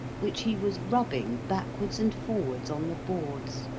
which he was rubbing backwards and forwards on the boards,